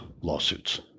lawsuits